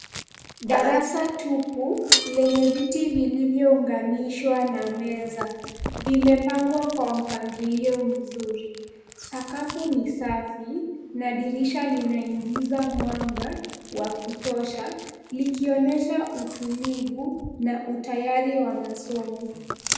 Darasa tupu lenye viti vilivyounganishwa na meza, vimepangwa kwa mpangilio mzuri. Sakafu ni safi na dirisha linaingiza mwanga wa kutosha, likionyesha utulivu na utayari wa masomo.